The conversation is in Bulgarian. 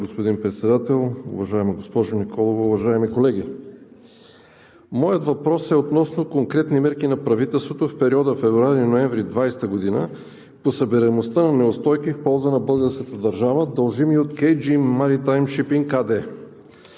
господин Председател, уважаема госпожо Николова, уважаеми колеги! Моят въпрос е относно конкретните мерки на правителството в периода февруари – ноември 2020 г. по събираемостта на неустойки в ползва на българската държава, дължими от „Кей Джи